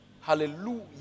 Hallelujah